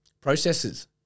Processes